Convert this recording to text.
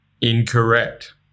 Incorrect